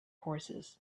horses